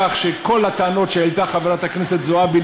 כך שכל הטענות שהעלתה חברת הכנסת זועבי,